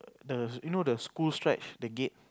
the you know the school stretch the gate